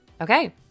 Okay